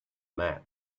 map